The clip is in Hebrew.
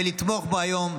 ולתמוך בו היום,